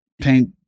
paint